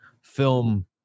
film